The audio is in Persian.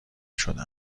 شده